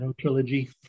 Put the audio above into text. trilogy